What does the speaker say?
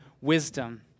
wisdom